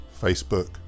Facebook